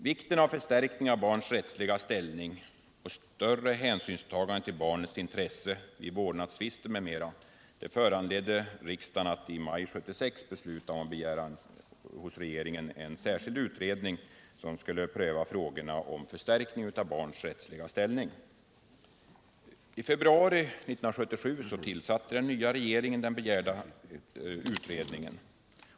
Vikten av en förstärkning av barns rättsliga ställning och större hänsynstagande till barnets intressen vid vårdnadstvister m.m. föranledde riksdagen att i maj 1976 besluta att hos regeringen begära en särskild utredning för att pröva frågorna om förstärkning av barns rättsliga ställning. I februari 1977 tillsatte den nya regeringen den begärda utredningen.